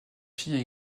filles